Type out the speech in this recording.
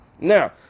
Now